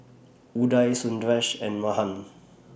Udai Sundaresh and Mahan